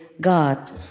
God